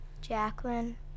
Jacqueline